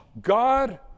God